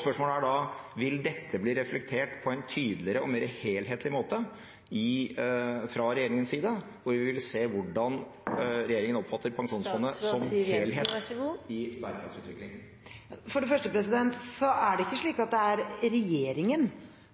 Spørsmålet er da: Vil dette bli reflektert på en tydeligere og mer helhetlig måte fra regjeringens side, og vil vi se hvordan regjeringen oppfatter pensjonsfondet som helhet i bærekraftsutviklingen? For det første er det ikke slik at det er regjeringen